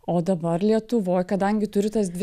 o dabar lietuvoj kadangi turiu tas dvi